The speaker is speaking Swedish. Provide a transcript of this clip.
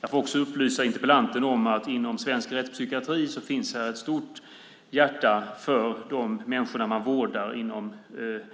Jag får också upplysa interpellanten om att det inom svensk rättspsykiatri finns ett stort hjärta för de människor man vårdar